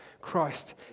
Christ